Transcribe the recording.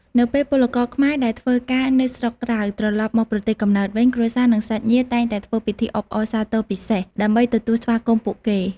នៅពេលពលករខ្មែរដែលធ្វើការនៅស្រុកក្រៅត្រឡប់មកប្រទេសកំណើតវិញ គ្រួសារ និងសាច់ញាតិតែងតែធ្វើពិធីអបអរសាទរពិសេស ដើម្បីទទួលស្វាគមន៍ពួកគេ។